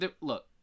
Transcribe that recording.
look